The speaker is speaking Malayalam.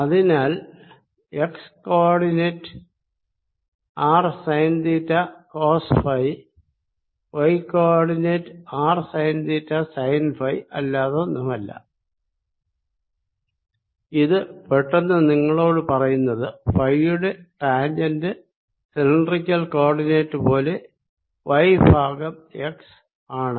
അതിനാൽ X coordinate R sine theta cos phi Y coordinate R sine theta sine phi അല്ലാതൊന്നുമല്ല ഇത് പെട്ടെന്ന് നിങ്ങളോട് പറയുന്നത് ഫൈയുടെ ടാൻജന്റ് സിലിണ്ടറിക്കൽ കോ ഓർഡിനേറ്റ് പോലെ വൈ ഭാഗം എക്സ് ആണ്